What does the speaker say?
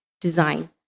design